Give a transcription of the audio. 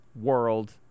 world